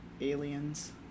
Aliens